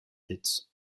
its